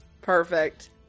perfect